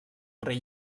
rei